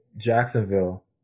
Jacksonville